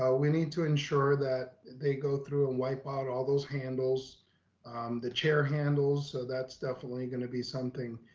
ah we need to ensure that they go through and ah wipe out all those handles the chair handles. so that's definitely gonna be something.